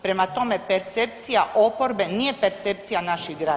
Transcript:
Prema tome, percepcija oporbe nije percepcija naših građana.